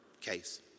case